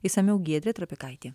išsamiau giedrė trapikaitė